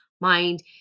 mind